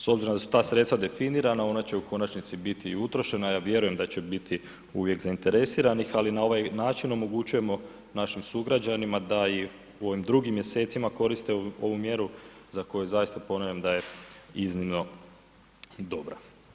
S obzirom da su ta sredstva definirana ona će u konačnici biti i utrošena, ja vjerujem da će biti uvijek zainteresiranih, ali na ovaj način omogućujemo našim sugrađanima da i u ovim drugim mjesecima koriste ovu mjeru za koju zaista ponavljam da je iznimno dobra.